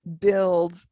build